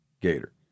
gator